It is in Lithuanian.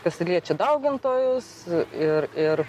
kas liečia daugintojus ir ir